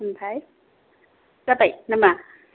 ओमफ्राय जाबाय ना मा